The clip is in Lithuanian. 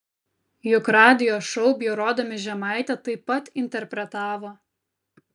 juk radijo šou bjaurodami žemaitę taip pat interpretavo